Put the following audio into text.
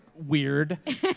weird